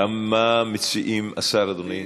מה מציע אדוני השר?